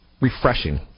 refreshing